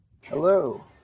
Hello